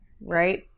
right